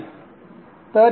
संदर्भ वेळ 2337